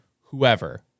whoever